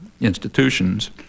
institutions